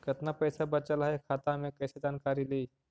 कतना पैसा बचल है खाता मे कैसे जानकारी ली?